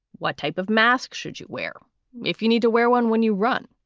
what type of mask should you wear if you need to wear one when you run,